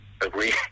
agree